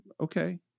okay